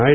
I